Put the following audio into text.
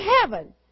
heaven